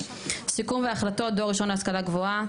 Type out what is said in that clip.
סיכום והחלטות: דור ראשון להשכלה גבוהה,